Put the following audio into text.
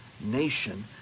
nation